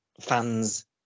fans